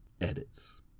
Edits